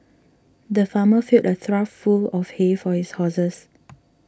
the farmer filled a trough full of hay for his horses